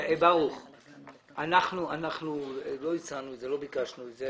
אנחנו לא ביקשנו את זה.